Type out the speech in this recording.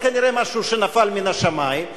זה כנראה משהו שנפל מן השמים,